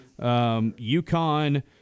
UConn